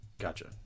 Gotcha